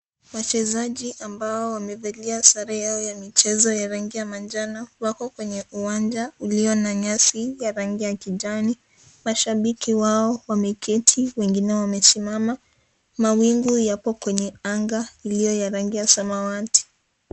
Wachezaji ambao wamevalia sare yao ya michezo ya rangi ya manjano wako kwenye uwanja ulio na nyasi ya rangi ya kijani. Mashabiki wao wameketi wengine wamesimama. Mawingu yapo kwenye anga iliyo ya rangi ya samawati.